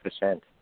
percent